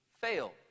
fail